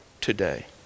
today